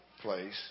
place